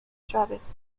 travis